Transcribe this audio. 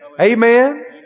Amen